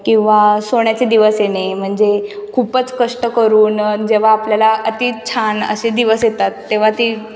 किंवा सोन्याचे दिवस येणे म्हणजे खुपच कष्ट करून जेव्हा आपल्याला अती छान असे दिवस येतात तेव्हा ती